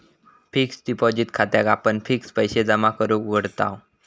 fixed deposit खात्याक आपण fixed पैशे जमा करूक उघडताव